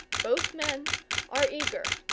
both men are eager,